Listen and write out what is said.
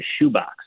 shoebox